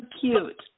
cute